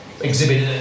exhibited